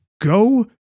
go